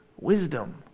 Wisdom